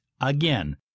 Again